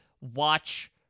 watch